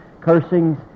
cursings